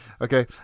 Okay